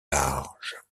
large